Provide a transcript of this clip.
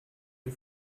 wie